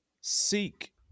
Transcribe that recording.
seek